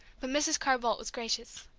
but mrs. carr-boldt was gracious.